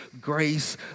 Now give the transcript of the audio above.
grace